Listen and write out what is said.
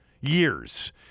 Years